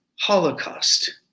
holocaust